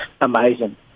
amazing